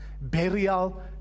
burial